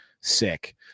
sick